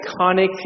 iconic